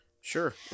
Sure